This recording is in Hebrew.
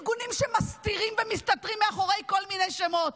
ארגונים שמסתירים ומסתתרים מאחורי כל מיני שמות.